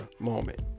moment